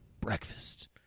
Breakfast